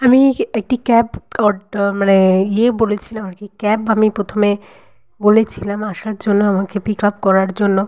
আমি একটি ক্যাব মানে ইয়ে বলেছিলাম আর কি ক্যাব আমি প্রথমে বলেছিলাম আসার জন্য আমাকে পিক আপ করার জন্য